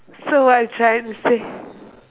so what are you trying to say